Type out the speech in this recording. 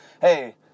hey